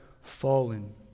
fallen